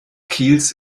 kiels